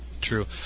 True